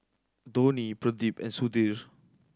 Dhoni Pradip and Sudhir